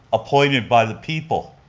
appointed by the people.